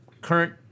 current